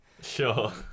Sure